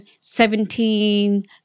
Seventeen